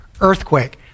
Earthquake